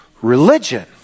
religion